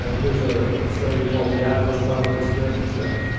ah there's ah a study called the adverse childhood experiences study,